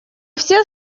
все